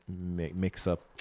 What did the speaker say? mix-up